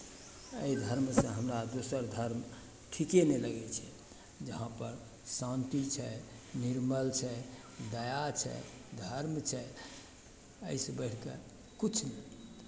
एहि धर्मसँ हमरा दोसर धर्म ठीके नहि लगै छै यहाँपर शान्ति छै निर्मल छै दया छै धर्म छै एहिसँ बढ़ि कऽ किछु नहि